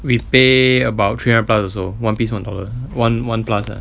we pay about three hundred plus also one piece one dollar one one plus ah